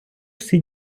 всі